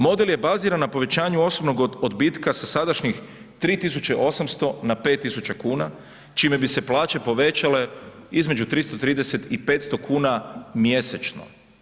Model je baziran na povećanju osobnog odbitka sa sadašnjih 3800 na 5000 kn, čime bi se plaće povećale između 330 i 500 kn mjesečno.